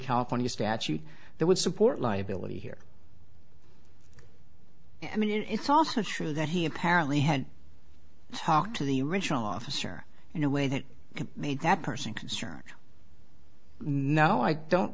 california statute that would support liability here and it's also true that he apparently had talked to the original officer in a way that made that person concerned no i don't